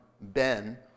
Ben